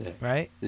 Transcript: right